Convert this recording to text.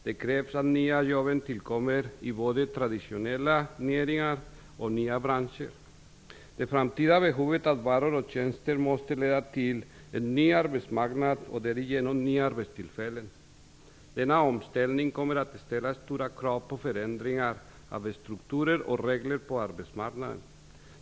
Det kräver att de nya jobben tillkommer i både traditionella näringar och nya branscher. Det framtida behovet av varor och tjänster måste leda till en ny arbetsmarknad och därigenom till nya arbetstillfällen. Denna omställning kommer att ställa stora krav på förändringar av strukturer och regler på arbetsmarknaden.